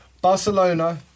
Barcelona